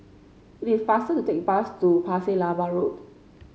it is faster to take bus to Pasir Laba Road